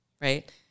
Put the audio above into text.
Right